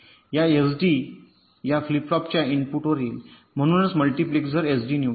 या एसडी या फ्लिप फ्लॉपच्या इनपुटवर येईल म्हणून मल्टीप्लेक्सर एसडी निवडेल